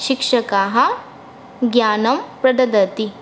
शिक्षकाः ज्ञानं प्रददाति